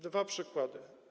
Dwa przykłady.